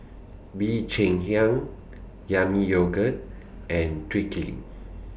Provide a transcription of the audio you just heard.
Bee Cheng Hiang Yami Yogurt and